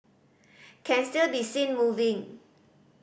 can still be seen moving